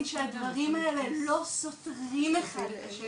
שהדברים האלה לא סותרים אחד את השני.